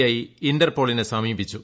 I ഇന്റർ പോളിനെ സമീപിച്ചു